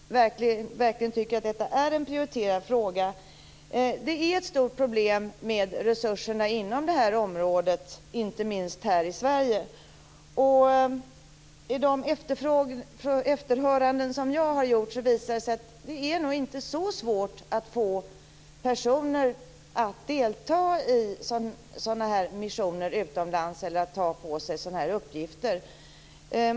Fru talman! Det gläder mig att statsministern verkligen tycker att detta är en prioriterad fråga. Det är ett stort problem med resurserna inom det här området, inte minst här i Sverige. De efterhöranden som jag har gjort visar att det nog inte är så svårt att få personer att ta på sig sådana här uppgifter utomlands.